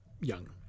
young